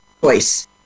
choice